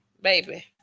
baby